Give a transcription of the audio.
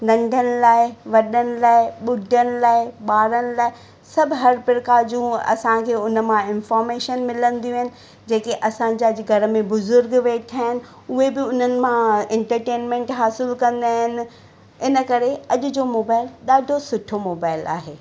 नंढनि लाइ वॾनि लाइ ॿुढनि लाइ ॿारनि लाइ सभु हरि प्रकार जूं असांजे उनमां इंफॉर्मेशन मिलंदियूं आहिनि जेके असांजा जे घर में ॿुजुर्ग वेठा आहिनि उहे बि उन्हनि मां इंटरटेंमेंट हासिलु कंदा आहिनि इन करे अॼु जो मोबाइल ॾाढो सुठो मोबाइल आहे